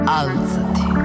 alzati